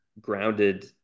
grounded